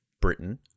Britain